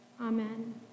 Amen